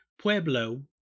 Pueblo